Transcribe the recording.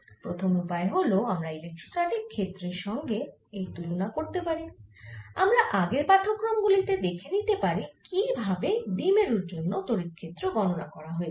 প্রথম উপায় হল আমরা ইলেক্ট্রোস্ট্যাটিক ক্ষেত্রের সঙ্গে এর তুলনা করতে পারি আমরা আগের পাঠক্রম গুলি দেখে নিতে পারি কি ভাবে দ্বিমেরুর জন্য তড়িৎ ক্ষেত্র গণনা করা হয়েছিল